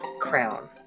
crown